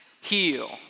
Heal